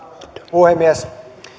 puhemies